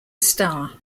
star